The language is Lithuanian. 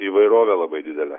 įvairovė labai didelė